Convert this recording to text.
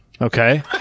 Okay